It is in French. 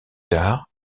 tard